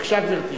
בבקשה, גברתי.